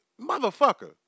Motherfucker